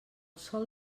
sol